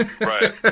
Right